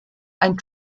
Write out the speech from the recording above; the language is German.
ein